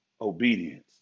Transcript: obedience